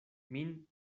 min